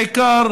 בעיקר